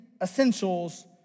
essentials